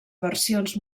versions